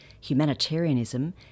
humanitarianism